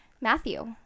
Matthew